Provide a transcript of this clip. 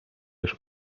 już